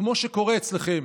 כמו שקורה אצלכם,